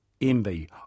MB